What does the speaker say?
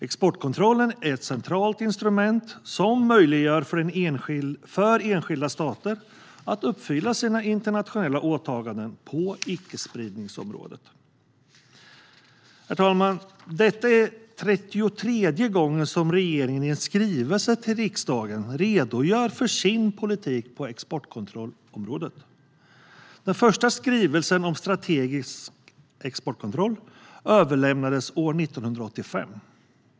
Exportkontrollen är ett centralt instrument som möjliggör för enskilda stater att uppfylla sina internationella åtaganden på icke-spridningsområdet. Herr talman! Detta är 33:e gången som regeringen i en skrivelse till riksdagen redogör för sin politik på exportkontrollområdet. Den första skrivelsen om strategisk exportkontroll överlämnades år 1985.